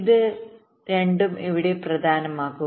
ഇത് രണ്ടും ഇവിടെ പ്രധാനമാകും